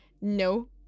no